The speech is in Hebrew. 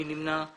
מי נמנע?